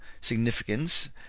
significance